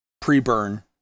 pre-burn